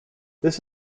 this